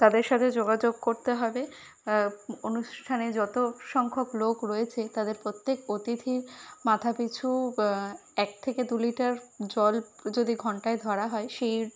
তাদের সাথে যোগাযোগ করতে হবে অনুষ্ঠানে যত সংখ্যক লোক রয়েছে তাদের প্রত্যেক অতিথির মাথাপিছু এক থেকে দু লিটার জল যদি ঘন্টায় ধরা হয় সেই